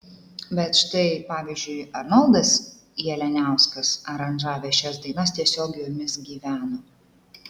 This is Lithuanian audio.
bet štai pavyzdžiui arnoldas jalianiauskas aranžavęs šias dainas tiesiog jomis gyveno